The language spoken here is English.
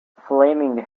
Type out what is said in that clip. flaming